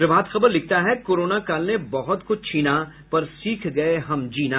प्रभात खबर लिखता है कोरोना काल ने बहुत कुछ छीना पर सीख गये हम जीना